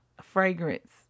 fragrance